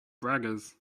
braggers